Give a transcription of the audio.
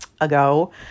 ago